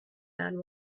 man